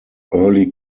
early